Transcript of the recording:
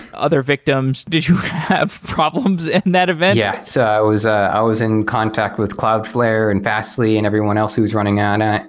other victims. did you have problems and in that event? yeah. so i was i was in contact with cloudflare and fastly and everyone else who is running on and it.